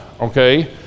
okay